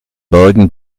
bergen